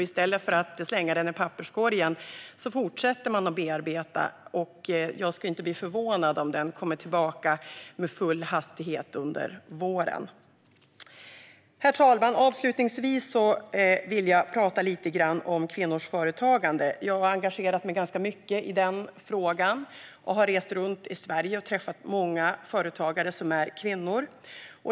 I stället för att slänga detta förslag i papperskorgen fortsätter man att bearbeta det, och jag skulle inte bli förvånad om det kommer tillbaka med full hastighet under våren. Herr talman! Avslutningsvis vill jag prata lite om kvinnors företagande. Jag har engagerat mig ganska mycket i den frågan. Jag har rest runt i Sverige och träffat många företagare som är kvinnor.